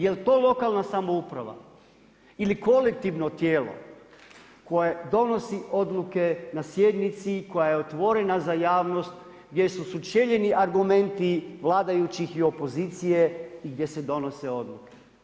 Je li to lokalna samouprava ili kolektivno tijelo koje donosi odluke na sjednici koja je otvorena za javnost, gdje su sučeljeni argumenti vladajućih i opozicije i gdje se donose odluke?